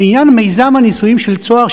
בעניין מיזם הנישואים של "צהר",